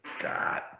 God